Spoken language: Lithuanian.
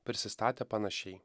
prisistatė panašiai